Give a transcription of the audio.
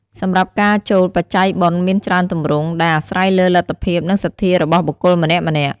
សម្រាប់ការចូលបច្ច័យបុណ្យមានច្រើនទម្រង់ ដែលអាស្រ័យលើលទ្ធភាព និងសទ្ធារបស់បុគ្គលម្នាក់ៗ។